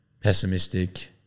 pessimistic